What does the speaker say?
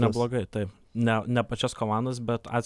neblogai taip ne ne pačias komandos bet ats